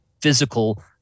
physical